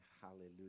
Hallelujah